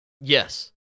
Yes